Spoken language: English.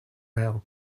rail